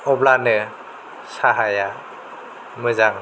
अब्लानो साहाया मोजां